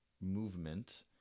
movement